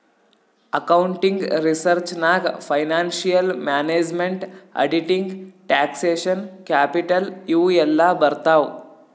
accounting research ನಾಗ್ financial management, auditing, taxation, capital ಇವು ಎಲ್ಲಾ ಬರ್ತಾವ್